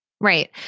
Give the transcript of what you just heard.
Right